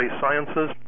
sciences